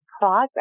progress